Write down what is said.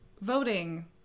voting